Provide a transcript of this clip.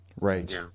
Right